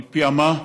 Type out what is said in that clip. היא פיעמה.